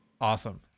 Awesome